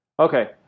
Okay